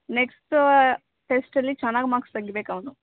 next ಟೆಸ್ಟಲ್ಲಿ ಚೆನ್ನಾಗಿ marks ತೆಗಿಬೇಕು ಅವನು